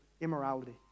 immorality